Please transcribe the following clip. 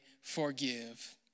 forgive